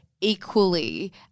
equally –